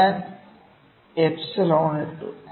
ഞാൻ എപ്സിലോൺ ഇട്ടു